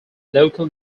local